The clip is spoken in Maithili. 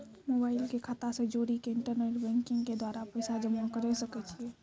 मोबाइल के खाता से जोड़ी के इंटरनेट बैंकिंग के द्वारा पैसा जमा करे सकय छियै?